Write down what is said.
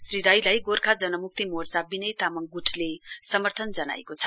श्री राईलाई गोर्खा जनमुक्ति मोर्चा विनय तामङ ग्टले समर्थन जनाएको छ